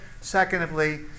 Secondly